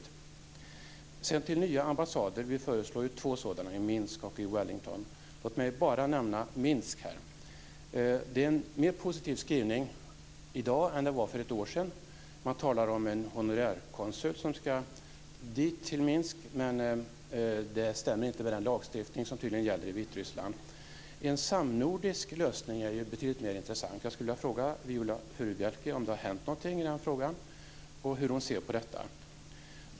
Det föreslås två nya ambassader, i Minsk och i Wellington. Angående Minsk är det en mer positiv skrivning i dag än vad det var för ett år sedan. Man skriver att det skall inrättas ett honorärkonsulat i Minsk. Men det stämmer tydligen inte med den lagstiftning som gäller i Vitryssland. En samnordisk lösning vore betydligt mer intressant. Jag vill fråga Viola Furubjelke om det har hänt någonting på det området och hur hon ser på detta.